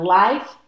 life